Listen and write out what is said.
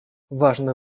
важно